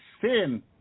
sin